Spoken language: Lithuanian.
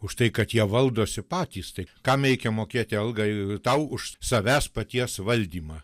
už tai kad jie valdosi patys tai kam reikia mokėti algą tau už savęs paties valdymą